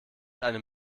einem